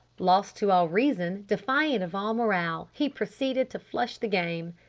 lost to all reason, defiant of all morale, he proceeded to flush the game!